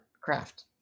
craft